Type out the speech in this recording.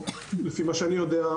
לפי מה שאני יודע,